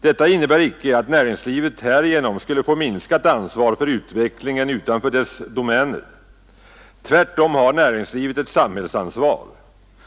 Detta innebär inte att näringslivet härigenom skulle få minskat ansvar för utvecklingen utanför dess domäner. Tvärtom har näringslivet ett samhällsansvar,